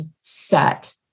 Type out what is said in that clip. set